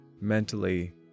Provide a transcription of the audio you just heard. Mentally